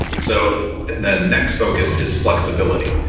so the next focus is flexibility.